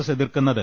S എതിർക്കു ന്ന ത്